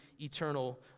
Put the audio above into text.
eternal